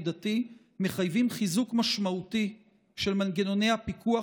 דתי מחייבים חיזוק משמעותי של מנגנוני הפיקוח,